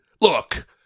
Look